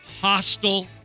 hostile